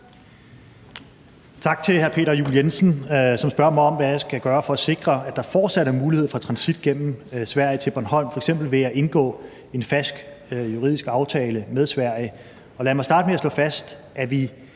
Tak til hr. Peter Juel-Jensen, som spørger mig om, hvad jeg vil gøre for at sikre, at der fortsat er mulighed for transit gennem Sverige til Bornholm, f.eks. ved at indgå en fast juridisk aftale med Sverige. Lad mig starte med at slå fast, at vi